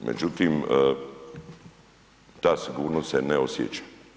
Međutim, ta sigurnost se ne osjeća.